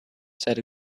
said